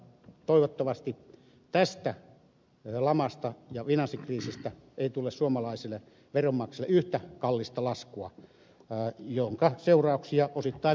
toivottavasti tästä lamasta ja finanssikriisistä ei tule suomalaisille veronmaksajille yhtä kallista laskua jonka seurauksia osittain vieläkin me maksamme